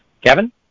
Kevin